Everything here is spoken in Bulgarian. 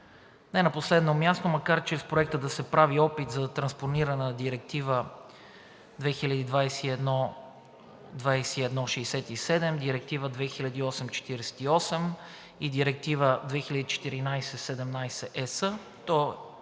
Не на последно място, макар че с проекта се прави опит за транспониране на Директива 2021/2167, Директива 2008/48 и Директива 2014/17/ЕС,